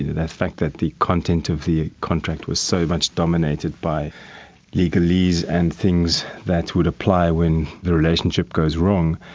that fact that the content of the contract was so much dominated by legalese and things that would apply when the relationship goes wrong,